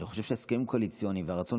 אני חושב שהסכמים קואליציוניים והרצון